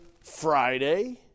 Friday